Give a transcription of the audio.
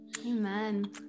Amen